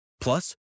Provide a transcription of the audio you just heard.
Plus